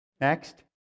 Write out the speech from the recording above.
Next